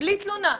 בלי תלונה.